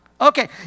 Okay